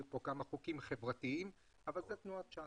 כאן כמה חוקים חברתיים אבל זאת תנועת ש"ס.